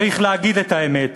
צריך להגיד את האמת: